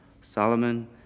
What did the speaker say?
Solomon